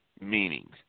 meanings